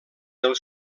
del